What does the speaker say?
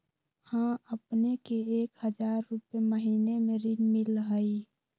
हां अपने के एक हजार रु महीने में ऋण मिलहई?